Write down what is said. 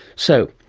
so,